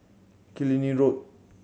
Killiney Road